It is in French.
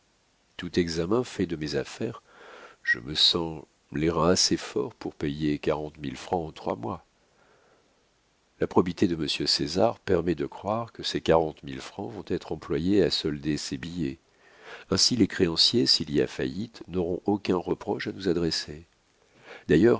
tout examen fait de mes affaires je me sens les reins assez forts pour payer quarante mille francs en trois mois la probité de monsieur césar permet de croire que ces quarante mille francs vont être employés à solder ses billets ainsi les créanciers s'il y a faillite n'auront aucun reproche à nous adresser d'ailleurs